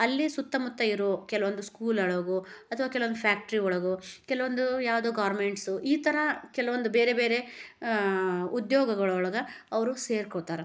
ಅಲ್ಲಿ ಸುತ್ತಮುತ್ತ ಇರೊ ಕೆಲ್ವೊಂದು ಸ್ಕೂಲೊಳಗೋ ಅಥ್ವಾ ಕೆಲ್ವೊಂದು ಫ್ಯಾಕ್ಟ್ರಿ ಒಳಗೋ ಕೆಲವೊಂದು ಯಾವುದೋ ಗಾರ್ಮೆಂಟ್ಸು ಈ ಥರ ಕೆಲ್ವೊಂದು ಬೇರೆ ಬೇರೆ ಉದ್ಯೋಗಗಳೊಳ್ಗೆ ಅವರು ಸೇರ್ಕೊತಾರೆ